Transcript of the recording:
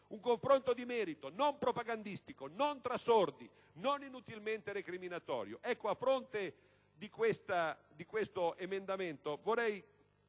un confronto di merito, non propagandistico, non tra sordi, non inutilmente recriminatorio. Ecco, a fronte di ciò - ne parlerà